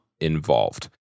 involved